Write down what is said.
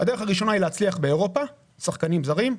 הראשונה היא להצליח באירופה, שחקנים זרים.